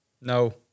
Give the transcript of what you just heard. No